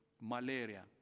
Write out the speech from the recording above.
malaria